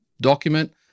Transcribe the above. document